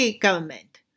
government